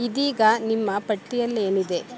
ಇದೀಗ ನಿಮ್ಮ ಪಟ್ಟಿಯಲ್ಲೇನಿದೆ